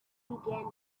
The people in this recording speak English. began